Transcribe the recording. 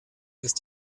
ist